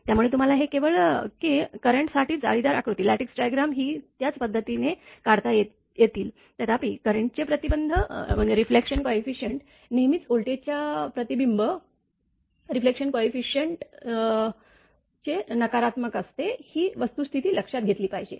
त्यामुळे तुम्हाला हे कळेल की करंट साठी जाळीदार आकृती ही त्याच पद्धतीने काढता येतील तथापि करंट चे प्रतिबिंब रिफ्लेक्शन कोयफिसियंट नेहमीच व्होल्टेजच्या प्रतिबिंब रिफ्लेक्शन कोयफिसियंट चे नकारात्मक असते ही वस्तुस्थिती लक्षात घेतली पाहिजे